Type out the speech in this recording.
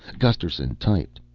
gusterson typed.